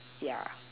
yeah